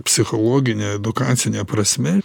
psichologine edukacine prasme